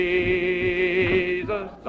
Jesus